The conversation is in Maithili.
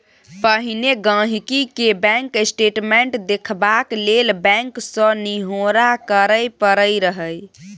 पहिने गांहिकी केँ बैंक स्टेटमेंट देखबाक लेल बैंक सँ निहौरा करय परय रहय